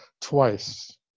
twice